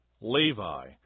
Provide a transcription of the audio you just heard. Levi